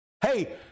hey